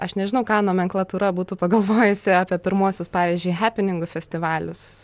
aš nežinau ką nomenklatūra būtų pagalvojusi apie pirmuosius pavyzdžiui hepeningų festivalius